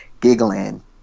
giggling